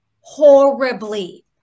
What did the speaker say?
horribly